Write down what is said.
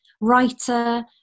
writer